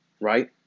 right